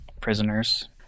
prisoners